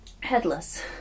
headless